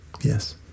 Yes